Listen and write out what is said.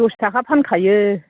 दस थाखा फानखायो